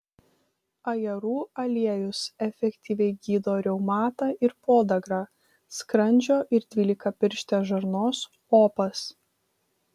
ajerų aliejus efektyviai gydo reumatą ir podagrą skrandžio ir dvylikapirštės žarnos opas